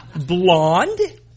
Blonde